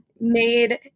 made